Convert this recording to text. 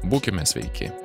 būkime sveiki